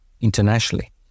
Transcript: internationally